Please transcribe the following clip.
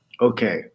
Okay